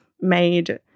made